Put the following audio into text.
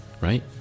right